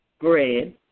bread